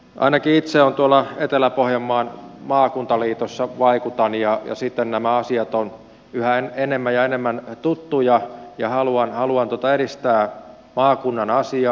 ainakin itse tuolla etelä pohjanmaan maakuntaliitossa vaikutan ja siten nämä asiat ovat yhä enemmän ja enemmän tuttuja ja haluan edistää maakunnan asiaa